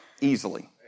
easily